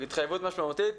התחייבות משמעותית.